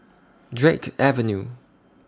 Drake Avenue